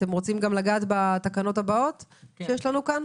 אתם רוצים גם לגעת בתקנות הבאות שיש לנו כאן?